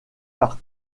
par